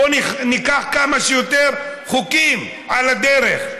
בואו ניקח כמה שיותר חוקים על הדרך.